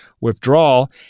withdrawal